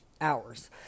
hours